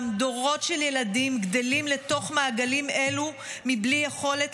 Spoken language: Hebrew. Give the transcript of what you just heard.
דורות של ילדים גדלים לתוך מעגלים אלו מבלי יכולת